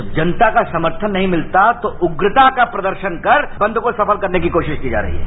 जब जनता का समर्थन नहीं मिलता तो उग्रता का प्रदर्शन कर बंद को सफल करने की कोशिश की जा रही है